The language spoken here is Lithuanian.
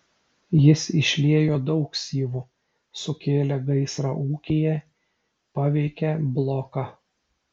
jis išliejo daug syvų sukėlė gaisrą ūkyje paveikė bloką